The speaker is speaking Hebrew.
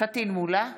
פטין מולא,